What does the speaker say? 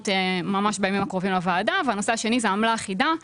ממש בימים הקרובים והנושא השני הוא עמלה אחידה,